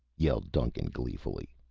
yelled duncan gleefully,